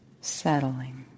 settling